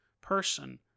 person